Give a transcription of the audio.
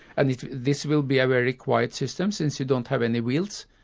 and this will be a very quiet system since you don't have any wheels,